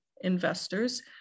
investors